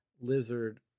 lizard